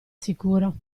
sicuro